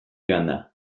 joanda